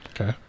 Okay